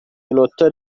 inota